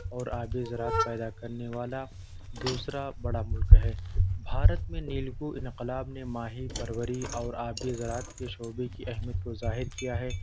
اور آب زراعت پیدا کرنے والا دوسرا بڑا ملک ہے بھارت میں نیلگوں انقلاب نے ماہی پروری اور آبی زراعت کے شعبے کی اہمیت کو ظاہر کیا ہے